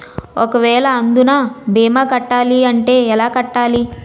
ఒక వేల అందునా భీమా కట్టాలి అంటే ఎలా కట్టాలి?